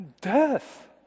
Death